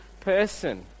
person